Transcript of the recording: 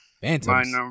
Phantoms